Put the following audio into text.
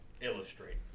illustrate